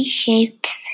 shapes